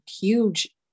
huge